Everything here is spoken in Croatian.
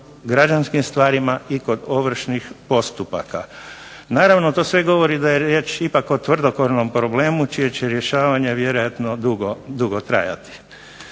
građanskim stvarima i kod ovršnih postupaka. Naravno to sve govori da je riječ ipak o tvrdokornom problemu čije će rješavanje vjerojatno dugo trajati.